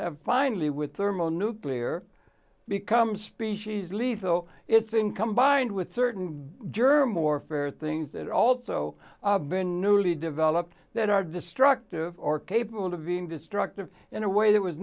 have finally with thermonuclear become species lethal it's income bind with certain germ warfare things that are also been newly developed that are destructive or capable of being destructive in a way that was